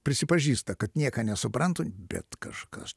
prisipažįsta kad nieką nesuprantu bet kažkas